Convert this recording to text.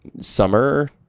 Summer